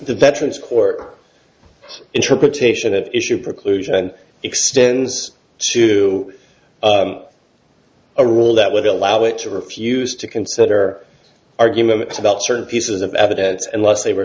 the veterans court interpretation of issue preclusion extends to a rule that would allow it to refuse to consider arguments about certain pieces of evidence and less they were